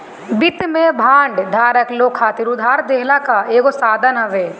वित्त में बांड धारक लोग खातिर उधार देहला कअ एगो साधन हवे